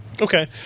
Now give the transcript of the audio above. Okay